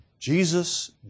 Jesus